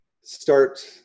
start